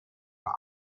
auch